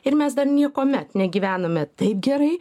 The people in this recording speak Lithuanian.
ir mes dar niekuomet negyvenome taip gerai